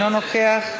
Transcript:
אינו נוכח,